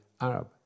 Arab